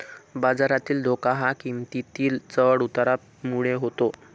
बाजारातील धोका हा किंमतीतील चढ उतारामुळे होतो